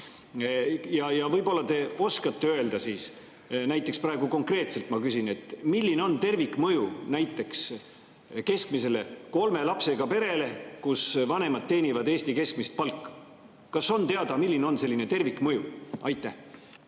Võib-olla te oskate öelda, näiteks ma praegu küsin konkreetselt: milline on tervikmõju näiteks keskmisele kolme lapsega perele, kus vanemad teenivad Eesti keskmist palka? Kas on teada, milline on selline tervikmõju? Aitäh!